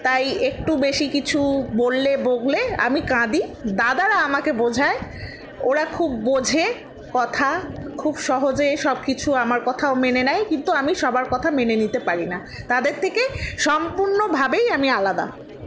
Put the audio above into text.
তাই একটু বেশি কিছু বললে বকলে আমি কাঁদি দাদারা আমাকে বোঝায় ওরা খুব বোঝে কথা খুব সহজে সব কিছু আমার কথাও মেনে নেয় কিন্তু আমি সবার কথা মেনে নিতে পারি না তাদের থেকে সম্পূর্ণভাবেই আমি আলাদা